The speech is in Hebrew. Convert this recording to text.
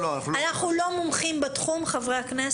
אנחנו חברי הכנסת לא מומחים בתחום,